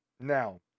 Now